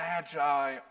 magi